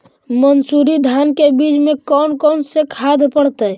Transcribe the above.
मंसूरी धान के बीज में कौन कौन से खाद पड़तै?